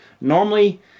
Normally